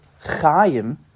Chaim